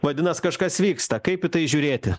vadinas kažkas vyksta kaip į tai žiūrėti